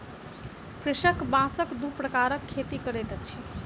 कृषक बांसक दू प्रकारक खेती करैत अछि